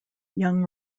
young